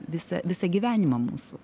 visą visą gyvenimą mūsų